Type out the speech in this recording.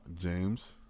James